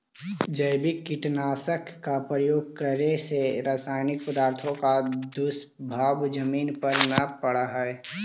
जैविक कीटनाशक का प्रयोग करे से रासायनिक पदार्थों का दुष्प्रभाव जमीन पर न पड़अ हई